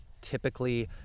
typically